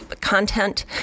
content